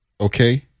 Okay